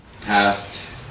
Past